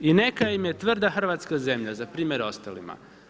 I neka im je tvrda Hrvatska zemlja za primjer ostalima.